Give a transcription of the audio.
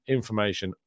information